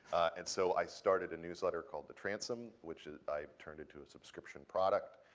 and so i started a newsletter called the transom, which i turned into a subscription product.